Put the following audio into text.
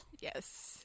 Yes